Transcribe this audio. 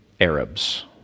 Arabs